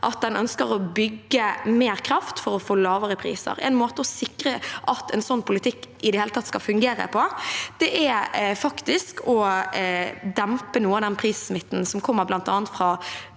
at den ønsker å bygge mer kraft for å få lavere priser. En måte å sikre at en slik politikk i det hele tatt skal fungere på, er faktisk å dempe noe av den prissmitten som kommer